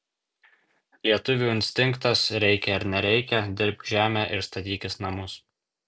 lietuvių instinktas reikia ar nereikia dirbk žemę ir statykis namus